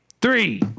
three